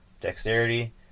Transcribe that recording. Dexterity